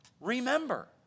Remember